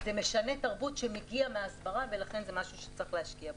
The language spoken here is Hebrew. זה משנה תרבות שמגיע מהסברה ולכן זה משהו שצריך להשקיע בו.